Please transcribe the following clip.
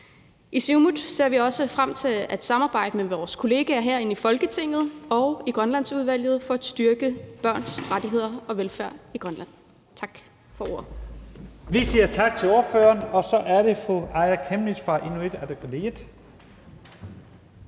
I Siumut ser vi også frem til at samarbejde med vores kolleger her i Folketinget og i Grønlandsudvalget for at styrke børns rettigheder og velfærd i Grønland. Tak for ordet. Kl. 15:37 Første næstformand (Leif Lahn Jensen):